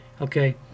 Okay